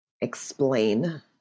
explain